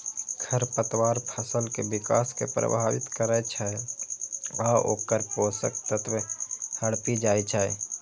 खरपतवार फसल के विकास कें प्रभावित करै छै आ ओकर पोषक तत्व हड़पि जाइ छै